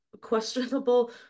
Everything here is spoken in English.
questionable